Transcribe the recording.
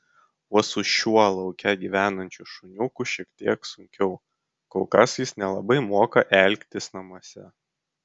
o su šiuo lauke gyvenančiu šuniuku šiek tiek sunkiau kol kas jis nelabai moka elgtis namuose